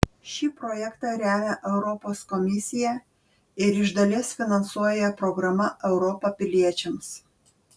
šį projektą remia europos komisija ir iš dalies finansuoja programa europa piliečiams